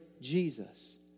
Jesus